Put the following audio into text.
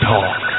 Talk